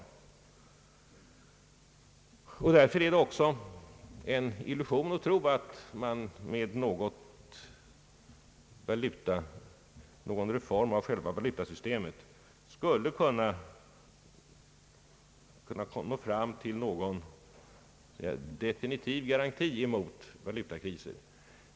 Därför är det också en illusion att tro att man med någon reform av själva valutasystemet skulle kunna nå fram till någon garanti emot valutakriser.